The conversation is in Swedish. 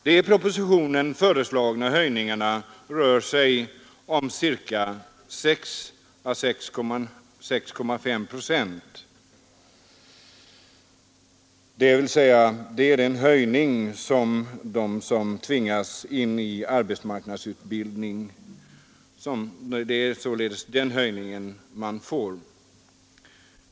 Den i propositionen föreslagna höjningen till dem som tvingas in i arbetsmarknadsutbildningen uppgår till 6 å 6,5 procent.